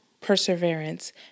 perseverance